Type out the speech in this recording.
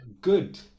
good